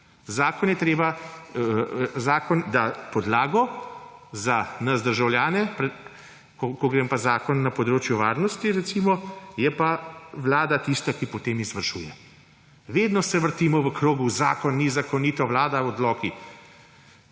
na mediju. Zakon da podlago za nas, državljane. Ko gre pa za zakon na področju varnosti, recimo, je pa vlada tista, ki potem izvršuje. Vedno se vrtimo v krogu: zakon, ni zakonito, vlada, odloki.